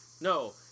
No